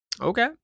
Okay